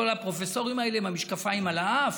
כל הפרופסורים האלה עם המשקפיים על האף,